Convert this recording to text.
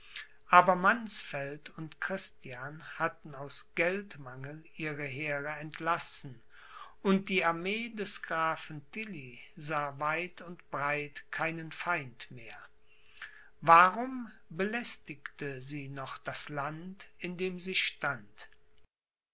aber mannsfeld und christian hatten aus geldmangel ihre heere entlassen und die armee des grafen tilly sah weit und breit keinen feind mehr warum belästigte sie noch das land in dem sie stand